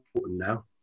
now